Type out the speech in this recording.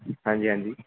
ਹਾਂਜੀ ਹਾਂਜੀ